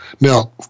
Now